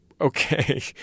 Okay